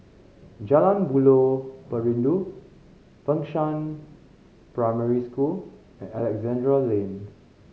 Jalan Buloh Perindu Fengshan Primary School and Alexandra Lane